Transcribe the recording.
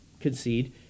concede